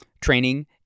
training